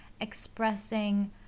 expressing